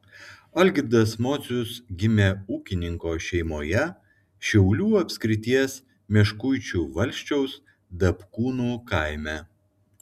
algirdas mocius gimė ūkininko šeimoje šiaulių apskrities meškuičių valsčiaus dapkūnų kaime